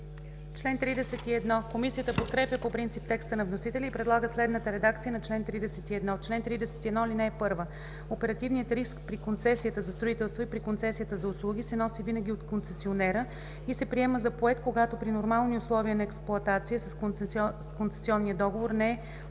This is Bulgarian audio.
Комисията подкрепя по принцип текста на вносителя и предлага следната редакция на чл. 31: „Чл. 31. (1) Оперативният риск при концесията за строителство и при концесията за услуги се носи винаги от концесионера и се приема за поет, когато при нормални условия на експлоатация с концесионния договор не е